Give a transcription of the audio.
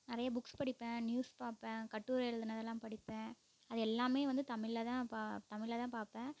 நிறையா புக்ஸ் படிப்பேன் நியூஸ் பார்ப்பேன் கட்டுரை எழுதுனதுலாம் படிப்பேன் அது எல்லாமே வந்து தமிழ்ல தான் பா தமிழ்ல தான் பார்ப்பேன்